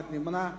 נמנע אחד.